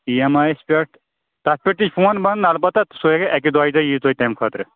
E M I یَس پٮ۪ٹھ تَتھ پٮ۪ٹھ تہِ چھِ فون بَنَن البتہ سُہ اگر اَکہِ دوٚیہِ دۄہہِ یِیِو تُہۍ تَمہِ خٲطرٕ